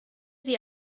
sie